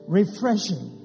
refreshing